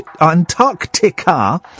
antarctica